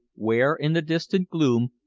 where, in the distant gloom,